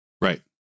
Right